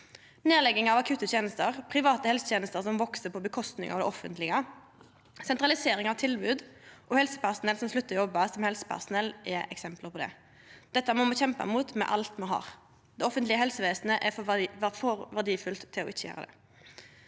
Nedlegging av akutte tenester, private helsetenester som veks på kostnad av det offentlege, sentralisering av tilbod og helsepersonell som sluttar å jobba som helsepersonell, er eksempel på det. Dette må me kjempa mot med alt me har. Det offentlege helsevesenet er for verdifullt til ikkje å gjera det.